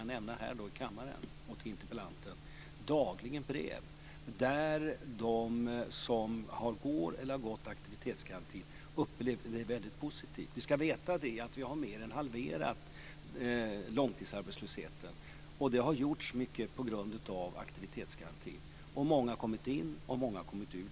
Jag kan här i kammaren nämna för interpellanten att jag dagligen får brev där de som ingår i eller har ingått i aktivitetsgarantin har upplevt den som väldigt positiv. Vi ska veta att vi har mer än halverat långtidsarbetslösheten, och det har gjorts mycket på grund av aktivitetsgarantin. Många har kommit in i den, och många har kommit ur den.